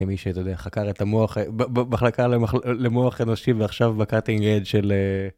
מי שאתה יודע, חקר את המוח, במחלקה למוח אנושי ועכשיו בקאטינג אדג' של...